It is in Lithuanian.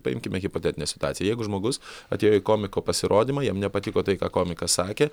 paimkime hipotetinę situaciją jeigu žmogus atėjo į komiko pasirodymą jam nepatiko tai ką komikas sakė